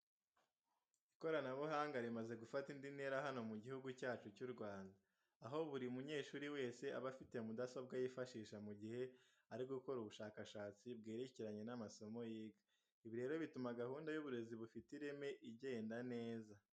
Ikoranabuhanga rimaze gufata indi ntera hano mu Gihugu cyacu cy'u Rwanda, aho ubu buri munyeshuri wese aba afite mudasobwa yifashisha mu gihe ari gukora ubushakashatsi bwerekeranye n'amasomo yiga. Ibi rero bituma gahunda y'uburezi bufite ireme igenda neza.